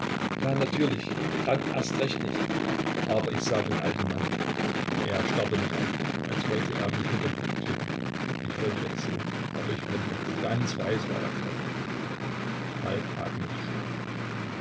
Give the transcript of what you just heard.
ja natürlich dann erst recht nicht aber ich sah den alten mann er starrte mich an als wollte er mich mit dem blick töten ich wollte wegsehen aber ich konnte nicht ganz weiß war er geworden falk atmete schwer